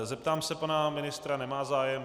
Zeptám se pana ministra nemá zájem.